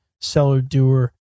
seller-doer